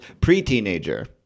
pre-teenager